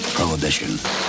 Prohibition